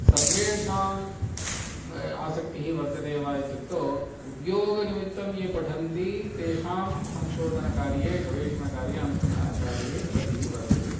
सर्वेषाम् आसक्तिः वर्तते वा इत्युक्तौ उद्योगनिमित्तं ये पठन्ति तेषां संशोधनकार्ये गवेषणकार्ये अनुसन्धानकार्ये गतिः वर्तते